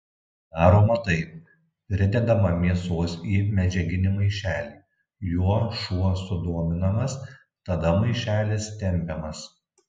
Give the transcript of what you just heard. daroma taip pridedama mėsos į medžiaginį maišelį juo šuo sudominamas tada maišelis tempiamas